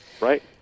Right